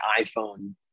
iPhone